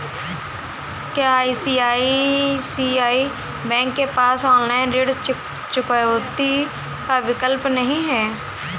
क्या ICICI bank के पास ऑनलाइन ऋण चुकौती का विकल्प नहीं है?